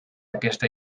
aquesta